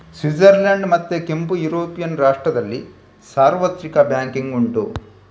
Switzerland ಮತ್ತೆ ಕೆಲವು European ರಾಷ್ಟ್ರದಲ್ಲಿ ಸಾರ್ವತ್ರಿಕ ಬ್ಯಾಂಕಿಂಗ್ ಉಂಟು